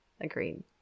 Agreed